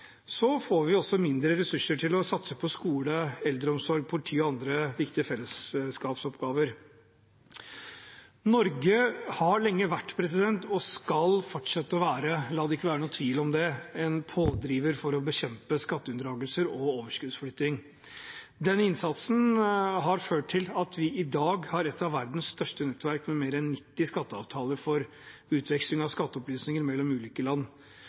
får vi også mindre ressurser til å satse på skole, eldreomsorg, politi og andre viktige fellesskapsoppgaver. Norge har lenge vært – og skal fortsette å være, la det ikke være noen tvil om det – en pådriver for å bekjempe skatteunndragelser og overskuddsflytting. Den innsatsen har ført til at vi i dag har et av verdens største nettverk, med mer enn 90 skatteavtaler, for utveksling av skatteopplysninger mellom ulike land.